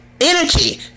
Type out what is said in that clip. energy